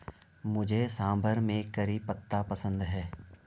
मुझे सांभर में करी पत्ता पसंद है